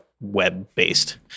web-based